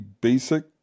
basic